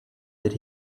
that